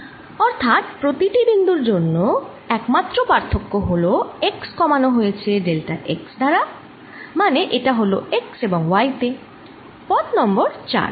অর্থাৎ প্রতিটি বিন্দুর জন্যে একমাত্র পার্থক্য হলো x কমানো হয়েছে ডেল্টা x দ্বারা মানে এটা হলো x এবং y তে পথ নং 4